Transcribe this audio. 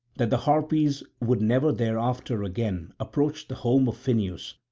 that the harpies would never thereafter again approach the home of phineus,